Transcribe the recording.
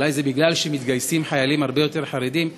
אולי זה משום שהרבה יותר חרדים מתגייסים.